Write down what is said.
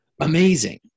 amazing